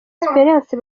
experience